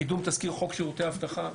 קידום תזכיר חוק שירותי אבטחה,